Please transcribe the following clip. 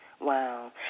Wow